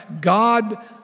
God